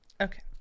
Okay